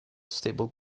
stable